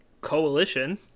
coalition